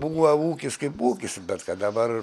buva ūkis kaip ūkis bet kad dabar